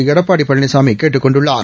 எடப்பாடி பழனிசாமி கேட்டுக் கொண்டுள்ளார்